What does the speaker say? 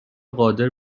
قادر